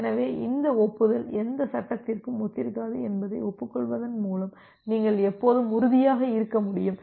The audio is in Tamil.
எனவே இந்த ஒப்புதல் எந்த சட்டத்திற்கு ஒத்திருக்கிறது என்பதை ஒப்புக்கொள்வதன் மூலம் நீங்கள் எப்போதும் உறுதியாக இருக்க முடியும்